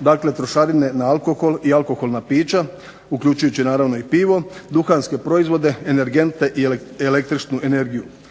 dakle trošarine na alkohol i na alkoholna pića uključujući naravno i pivo, duhanske proizvode, energente i električnu energiju.